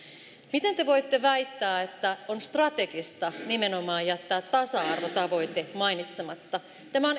miten te voitte väittää että on strategista nimenomaan jättää tasa arvotavoite mainitsematta tämä on